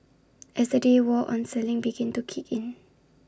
as the day wore on selling began to kick in